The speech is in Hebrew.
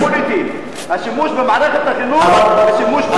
השימוש במערכת החינוך הוא שימוש פוליטי,